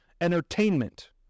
entertainment